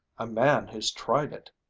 a man who's tried it!